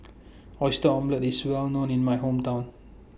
Oyster Omelette IS Well known in My Hometown